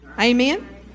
Amen